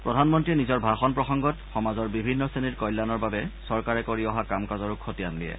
প্ৰধানমন্ত্ৰীয়ে নিজৰ ভাষণ প্ৰসংগত সমাজৰ বিভিন্ন শ্ৰেণীৰ কল্যানৰ বাবে চৰকাৰে কৰি অহা কাম কাজৰো খতিয়ান দিয়ে